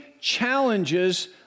challenges